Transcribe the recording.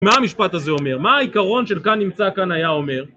מה המשפט הזה אומר? מה העיקרון של "כאן נמצא כאן היה" אומר?